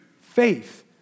faith